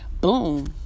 Boom